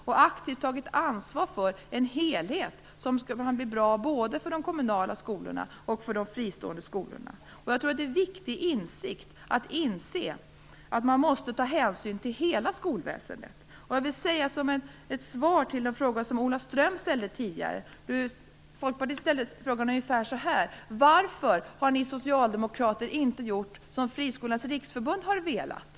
De har aktivt tagit ansvar för en helhet som blir bra både för de kommunala och för de fristående skolorna. Jag tror att det är viktigt att inse att man måste ta hänsyn till hela skolväsendet. Ola Ström ställde en fråga tidigare. Den löd ungefär så här: Varför har ni socialdemokrater inte gjort som Friskolornas riksförbund har velat?